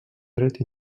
dret